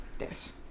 Yes